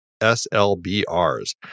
SLBRs